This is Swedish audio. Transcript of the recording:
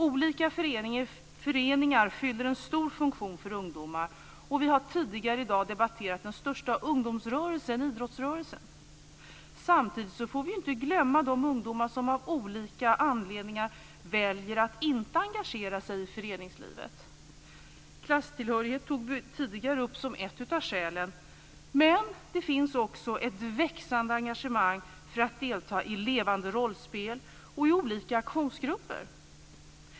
Olika föreningar fyller en stor funktion för ungdomar. Vi har tidigare i dag debatterat den största ungdomsrörelsen, idrottsrörelsen. Men vi får inte glömma de ungdomar som av olika anledningar väljer att inte engagera sig i föreningslivet. Vi tog tidigare upp klasstillhörighet, som ett av skälen. Men det finns också ett växande engagemang för att delta i levande rollspel och i olika aktionsgrupper.